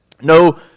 No